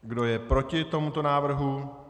Kdo je proti tomuto návrhu?